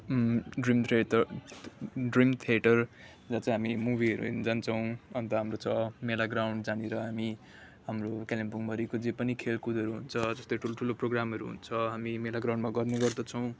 dream theatre dream theatre जहाँ चाहिँ हामी मुभी हेर्न जान्छौँ अन्त हाम्रो छ मेला ग्राउन्ड जहाँनिर हामी हाम्रो कालिम्पोङ भरिको जे पनि खेलकुदहरू हुन्छ जस्तै ठुल्ठुलो प्रोगामहरू हुन्छ हामी मेला ग्राउन्डमा गर्ने गर्दर्छौँ